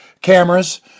cameras